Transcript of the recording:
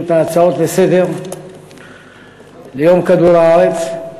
את ההצעות לסדר-היום על יום כדור-הארץ.